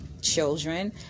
children